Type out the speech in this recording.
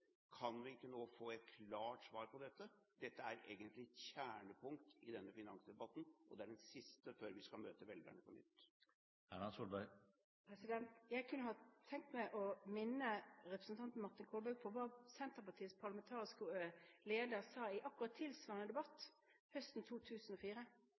Kan vi ikke nå få et klart svar på dette? Dette er egentlig et kjernepunkt i denne finansdebatten, og det er den siste før vi skal møte velgerne på nytt. Jeg kunne ha tenkt meg å minne representanten Martin Kolberg på hva Senterpartiets parlamentariske leder sa i akkurat tilsvarende